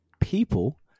people